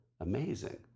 amazing